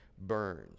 burned